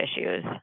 issues